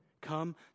Come